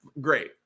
great